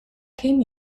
came